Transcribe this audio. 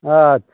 अच्छा